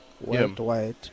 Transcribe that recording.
worldwide